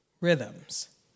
rhythms